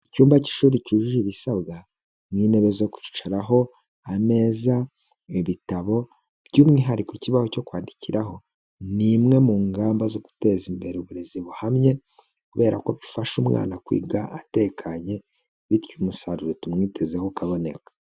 Icyumba cy'ishuri cyujuje ibisabwa nk'intebe zo kwicaraho, ameza, ibitabo, by'umwiharikobaho cyo kwandikiraho, ni imwe mu ngamba zo guteza imbere uburezi buhamye kubera ko bifasha umwana kwiga atekanye bityo umusaruro tumwitezeho ukaboneka.